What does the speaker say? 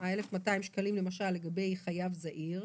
1,200 שקלים למשל לגבי חייב זעיר,